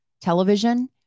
television